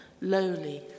lowly